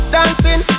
Dancing